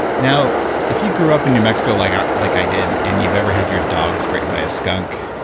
now, if you grew up in new mexico like i like i did and you've ever had your dog sprayed by a skunk,